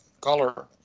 color